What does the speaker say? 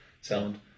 sound